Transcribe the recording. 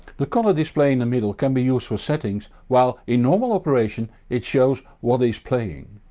the colour display in the middle can be used for settings while in normal operation it shows what is playing.